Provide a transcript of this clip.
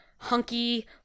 hunky